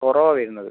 കുറവാണ് വരുന്നത്